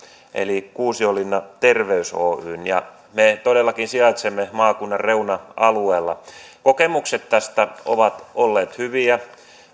eli kuusiolinna terveys oyn yhdessä pihlajalinnan kanssa me todellakin sijaitsemme maakunnan reuna alueella kokemukset tästä ovat olleet hyviä